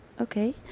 okay